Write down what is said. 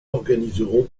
organiserons